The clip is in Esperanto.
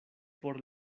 por